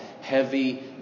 heavy